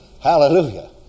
Hallelujah